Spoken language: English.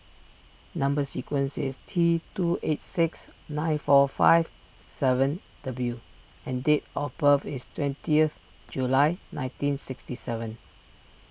Number Sequence is T two eight six nine four five seven W and date of birth is twentieth July nineteen sixty seven